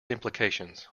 implications